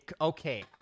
Okay